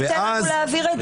מי ייתן לנו להעביר את זה?